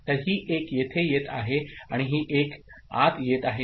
तर ही 1 येथे येत आहे आणि ही 1 आत येत आहे